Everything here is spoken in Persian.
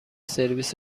سرویس